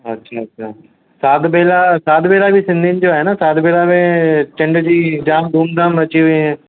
अच्छा अच्छा साध बेला साध बेला बि सिंधियुनि जो आहे न साध बेला में चंॾ डींहुं जाम धूम धाम मची वेयूं